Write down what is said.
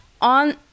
on